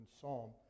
psalm